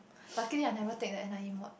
luckily I never take the N_I_E mod